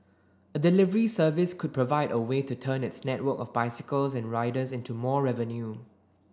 a delivery service could provide a way to turn its network of bicycles and riders into more revenue